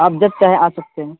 آپ جب چاہیں آ سکتے ہیں